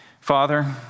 Father